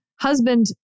husband